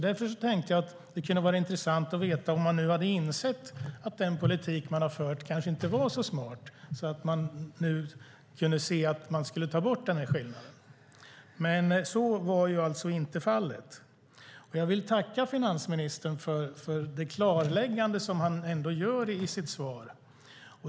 Därför tänkte jag det kunde vara intressant att höra om de nu hade insett att den politik de har fört kanske inte var så smart och om de nu kunde se att de skulle ta bort skillnaden. Så var alltså inte fallet. Jag vill tacka finansministern för det klarläggande han ändå gör i sitt svar.